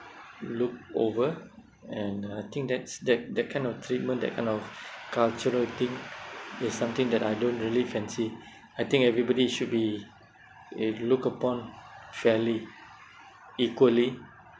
look over and I think that's that that kind of treatment that kind of cultural thing is something that I don't really fancy I think everybody should be eh look upon fairly equally